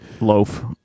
loaf